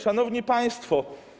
Szanowni Państwo!